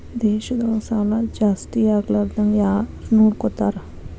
ದೇಶದೊಳಗ ಸಾಲಾ ಜಾಸ್ತಿಯಾಗ್ಲಾರ್ದಂಗ್ ಯಾರ್ನೊಡ್ಕೊತಾರ?